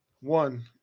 one